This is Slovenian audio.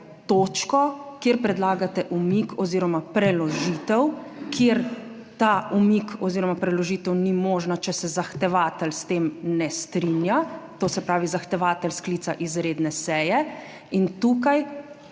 točko, kjer predlagate umik oziroma preložitev, kjer ta umik oziroma preložitev ni možna, če se zahtevatelj s tem ne strinja, to se pravi zahtevatelj sklica izredne seje, 8.